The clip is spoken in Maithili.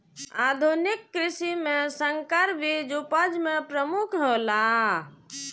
आधुनिक कृषि में संकर बीज उपज में प्रमुख हौला